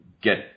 get